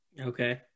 Okay